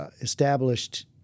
established